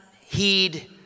heed